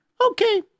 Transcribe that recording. Okay